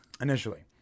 Initially